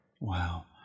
Wow